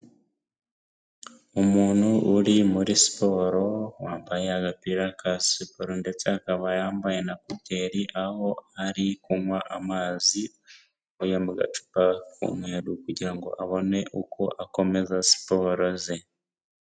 Umuntu uri muri siporo, wambaye agapira ka siporo ndetse akaba yambaye na kuteri aho ari kunywa amazi avuye mu gacupa k'umweru kugira ngo abone uko akomeza siporo ze.